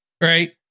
right